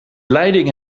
leiding